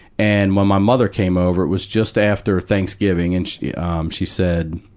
and when my mother came over, it was just after thanksgiving, and she, um, she said,